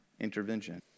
intervention